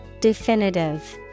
Definitive